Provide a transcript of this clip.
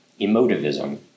emotivism